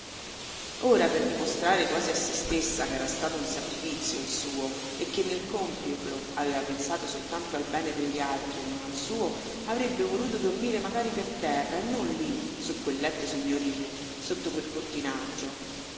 ora per dimostrare quasi a sé stessa ch'era stato un sacrifizio il suo e che nel compierlo aveva pensato soltanto al bene degli altri e non al suo avrebbe voluto dormire magari per terra e non lì su quel letto signorile sotto quel